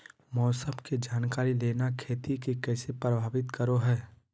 मौसम के जानकारी लेना खेती के कैसे प्रभावित करो है?